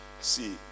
see